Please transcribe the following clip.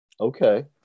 Okay